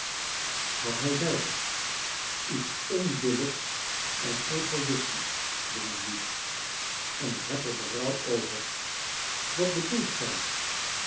wat hij zeide iets onbillijks en egoïstisch jongenlief en ik heb er berouw over wat bedoelt gij